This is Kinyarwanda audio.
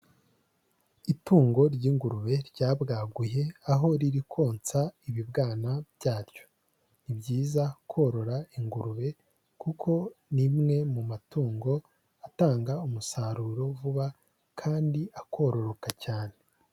Itungo ry'ingurube ryabwaguye aho riri konsa ibibwana byaryo. Ni byiza korora ingurube kuko ni rimwe mu matungo atanga umusaruro vuba kandi akororoka cyane.